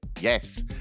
yes